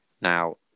Now